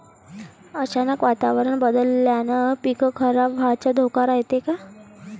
अचानक वातावरण बदलल्यानं पीक खराब व्हाचा धोका रायते का?